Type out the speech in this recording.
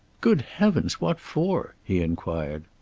good heavens, what for? he inquired.